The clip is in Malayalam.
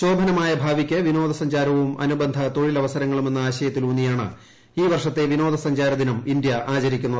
ശോഭനമായ ഭാവിയ്ക്ക് വിനോദ സഞ്ചാരവും അനുബന്ധതൊഴിൽ അവസരങ്ങളും എന്ന ആശയത്തിൽ ഉൌന്നിയാണ് ഈ വർഷത്തെ വിനോദ സഞ്ചാരദിനം ഇന്ത്യ ആചരിക്കുന്നത്